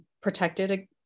protected